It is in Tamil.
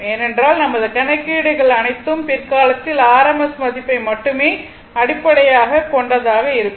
ஏனென்றால் நமது கணக்கீடுகள் அனைத்தும் பிற்காலத்தில் rms மதிப்பை மட்டுமே அடிப்படையாகக் கொண்டதாக இருக்கும்